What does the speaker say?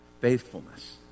faithfulness